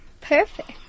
Perfect